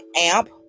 amp